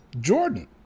Jordan